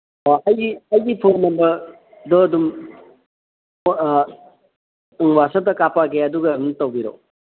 ꯑꯣ ꯑꯩꯒꯤ ꯐꯣꯟ ꯅꯝꯕꯔꯗꯣ ꯑꯗꯨꯝ ꯎꯝ ꯋꯥꯆꯞꯇ ꯀꯥꯞꯄꯛꯑꯒꯦ ꯑꯗꯨꯒ ꯑꯗꯨꯝ ꯇꯧꯕꯤꯔꯛꯑꯣ